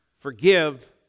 forgive